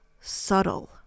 subtle